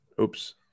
Oops